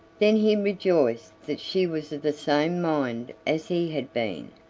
then he rejoiced that she was of the same mind as he had been,